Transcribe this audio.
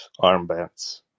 armbands